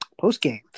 Post-game